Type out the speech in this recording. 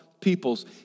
peoples